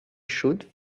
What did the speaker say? should